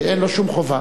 אין לו שום חובה.